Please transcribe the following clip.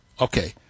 Okay